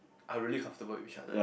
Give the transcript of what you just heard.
I really comfortable with each other